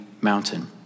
mountain